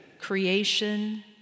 Creation